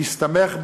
בהסתמך,